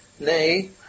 nay